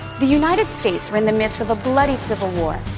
the united states were in the midst of a bloody civil war,